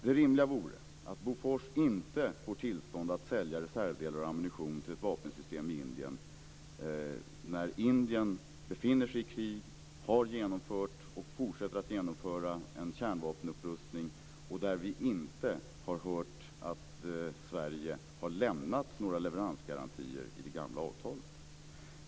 Det rimliga vore att Bofors inte får tillstånd att sälja reservdelar och ammunition till ett vapensystem i Indien när Indien befinner sig i krig, har genomfört och fortsätter att genomföra en kärnvapenupprustning, och då vi inte har hört att Sverige har lämnat några leveransgarantier i det gamla avtalet.